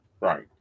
Right